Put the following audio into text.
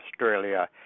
Australia